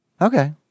Okay